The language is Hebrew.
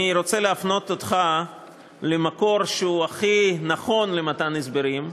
אני רוצה להפנות אותך למקור שהוא הכי נכון למתן הסברים,